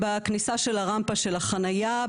בכניסה של הרמפה של החניה,